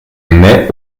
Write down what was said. mets